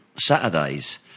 Saturdays